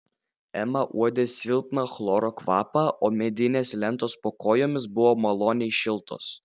ema uodė silpną chloro kvapą o medinės lentos po kojomis buvo maloniai šiltos